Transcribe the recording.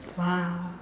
!wow!